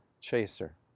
chaser